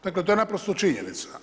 Dakle to je naprosto činjenica.